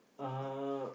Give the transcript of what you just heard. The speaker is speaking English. uh